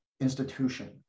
institution